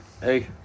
Hey